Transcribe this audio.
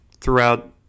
throughout